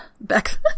back